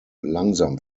langsam